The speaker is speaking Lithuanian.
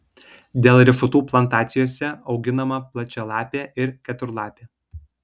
dėl riešutų plantacijose auginama plačialapė ir keturlapė